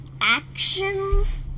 actions